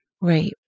Right